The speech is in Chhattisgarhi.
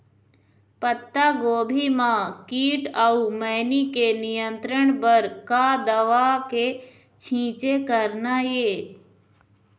पत्तागोभी म कीट अऊ मैनी के नियंत्रण बर का दवा के छींचे करना ये?